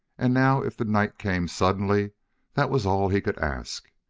and now if the night came suddenly that was all he could ask.